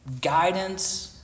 guidance